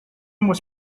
was